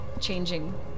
changing